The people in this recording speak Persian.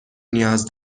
نیاز